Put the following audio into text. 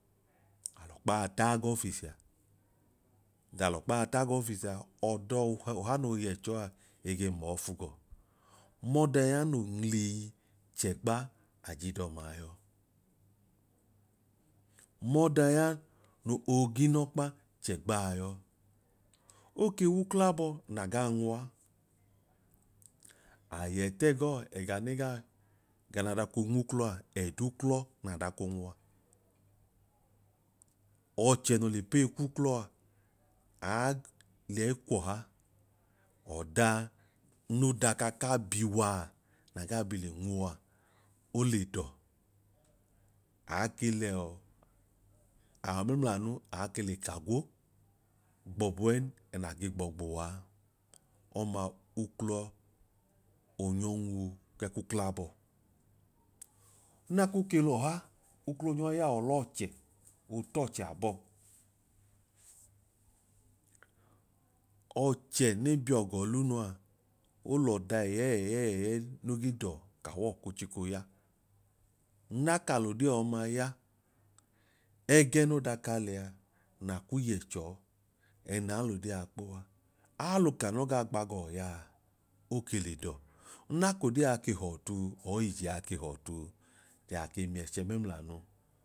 Alọkpaa ta g'ọfice a, den alọkpaa ta g'ọffice a, ọdọw ọha noo yẹchọọ a egee mọọfu gọ. M'ọda ya no onwuleyi chẹgba aj'idọmaa yọọ. M'ọda ya no oo g'inọkpa chẹgbaa yọọ. Oke w'uklabọ na gaa nwu aa, a yẹ tẹ gọọ ẹga ne gaa ẹganaa gaa nwuu uklọ a ẹd'uklọ na dak'onwua. Ọchẹ noo lipeyi k'uklọ a, aa lẹyi kwọha ọda no daka ka biwaa na gaa le nwu a ole dọ, aa ke lẹ awọ mẹmla nu aa ke le kagwo gbọbuẹ ẹẹna gbọọ gboo waa ọma uklọ o nyọ nwu kẹẹ k'uklabo. nna ko ke l'ọha uklọ o nyọ ya ọlọchẹ otọchẹ abọ ọọchẹ ne biyọọ g'ọlunu a olọda ẹyẹẹyẹẹyẹi no ge dọọ kawọọ ko chiko yaa. Nna k'alodee ọma ya ẹgẹ no daka lẹa na kuu yẹchọọ ẹnaa l'odee a kpo a, aluka no gaa gbagaa oyaa oke ledọọ nna k'odee ke họọtu or ije a họọtuu then ake miẹchẹ mẹml'anu.